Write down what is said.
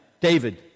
David